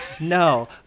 No